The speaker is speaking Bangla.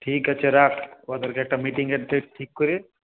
ঠিক আছে রাখ ওদেরকে একটা মিটিংয়ের ডেট ঠিক করে